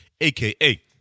AKA